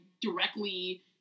directly